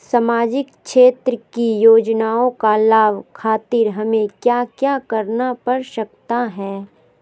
सामाजिक क्षेत्र की योजनाओं का लाभ खातिर हमें क्या क्या करना पड़ सकता है?